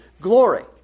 glory